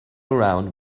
around